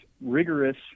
rigorous